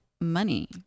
money